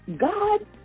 God